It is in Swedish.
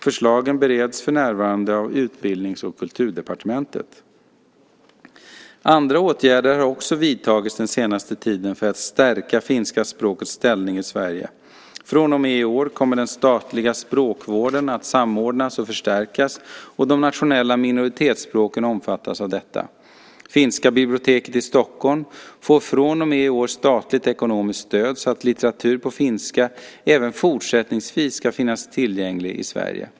Förslagen bereds för närvarande av Utbildnings och kulturdepartementet. Andra åtgärder har också vidtagits den senaste tiden för att stärka finska språkets ställning i Sverige. Från och med i år kommer den statliga språkvården att samordnas och förstärkas och de nationella minoritetsspråken omfattas av detta. Finska biblioteket i Stockholm får från och med i år statligt ekonomiskt stöd så att litteratur på finska även fortsättningsvis ska finnas tillgänglig i Sverige.